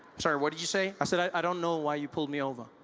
sorry what did you say? i said i don't know why you pulled me over